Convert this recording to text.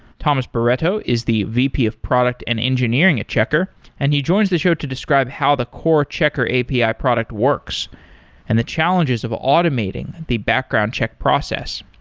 tomas barreto is the vp of product and engineering at checkr and he joins the show to describe how the core checkr api product works and the challenges of automating the background check process.